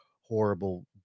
horrible